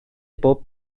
bob